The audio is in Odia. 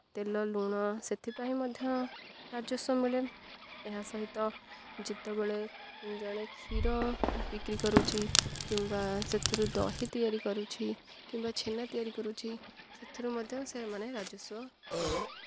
ତେଲ ଲୁଣ ସେଥିପାଇଁ ମଧ୍ୟ ରାଜସ୍ୱ ମିଳେ ଏହା ସହିତ ଯେତେବେଳେ ଜଣେ କ୍ଷୀର ବିକ୍ରି କରୁଛି କିମ୍ବା ସେଥିରୁ ଦହି ତିଆରି କରୁଛି କିମ୍ବା ଛେନା ତିଆରି କରୁଛି ସେଥିରୁ ମଧ୍ୟ ସେମାନେ ରାଜସ୍ୱ ପାଆନ୍ତି